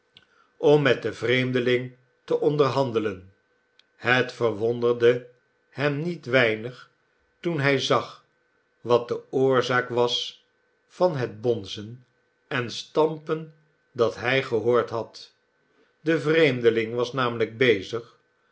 om met den vreemdeling te onderhandelen het verwonderde hem niet weinig toen hij zag wat de oorzaak was van het bonzen en stampen dat hij gehoord had de vreemdeling was namelijk bezig